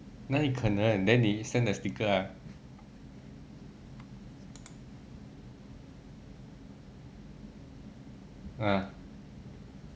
哪里可能 then 你 send the sticker lah